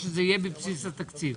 ושזה יהיה בבסיס התקציב.